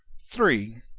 three.